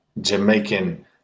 Jamaican